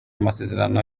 amasezerano